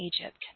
Egypt